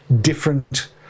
different